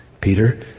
Peter